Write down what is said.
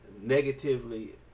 negatively